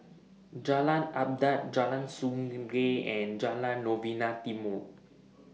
Jalan Adat Jalan Sungei and Jalan Novena Timor